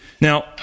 Now